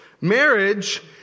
Marriage